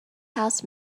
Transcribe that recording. house